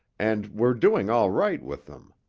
and we're doing all right with them.